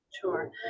Sure